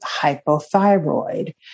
hypothyroid